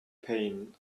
pain